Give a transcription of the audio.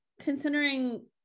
considering